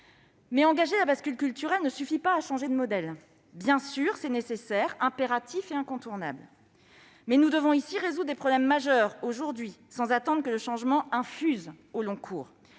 engager la bascule culturelle ne suffit pas à changer de modèle. C'est nécessaire, impératif et incontournable, mais nous devons ici résoudre des problèmes majeurs, aujourd'hui, sans attendre que le changement infuse au long cours